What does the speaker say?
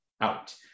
out